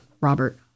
Robert